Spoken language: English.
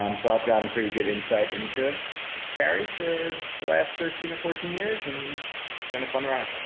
um so i've gotten pretty good insight into gary for the last thirteen or fourteen years and it's been a fun ride.